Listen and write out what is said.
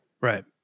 Right